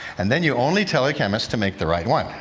and then you only tell the chemists to make the right one.